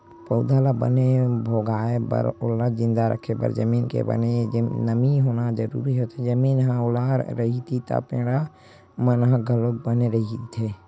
पउधा ल बने भोगाय बर ओला जिंदा रखे बर जमीन के बने नमी होना जरुरी होथे, जमीन ह ओल रइही त पेड़ पौधा मन ह घलो बने रइही